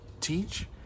teach